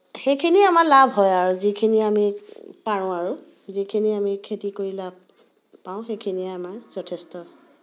সেইখিনি আমাৰ লাভ হয় আৰু যিখিনি আমি পাৰোঁ আৰু যিখিনি আমি খেতি কৰি লাভ পাওঁ সেইখিনিয়ে আমাৰ যথেষ্ট